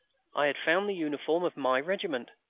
i had found the uniform of my regiment!